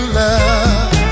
love